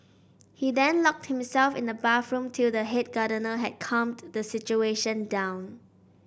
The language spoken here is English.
he then locked himself in the bathroom till the head gardener had calmed the situation down